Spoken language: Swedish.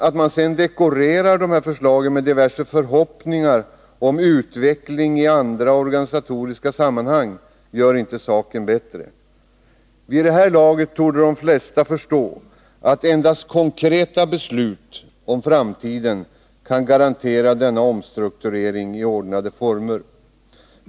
Att man sedan dekorerar dessa förslag med diverse förhoppningar om utveckling ”i andra organisatoriska sammanhang” gör inte saken bättre. Vid det här laget torde de flesta förstå att endast konkreta beslut om framtiden kan garantera en omstrukturering i ordnade former.